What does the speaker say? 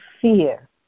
fear